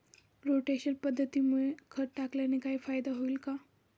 Rotation पद्धतीमुळे खत टाकल्याने काही फायदा होईल का?